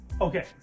Okay